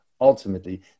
Ultimately